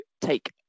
take